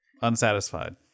unsatisfied